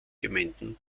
gemeinden